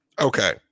Okay